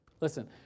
Listen